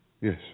Yes